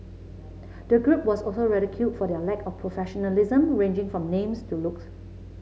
the group was also ridiculed for their lack of professionalism ranging from names to looks